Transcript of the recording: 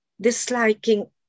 disliking